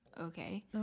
okay